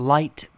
Light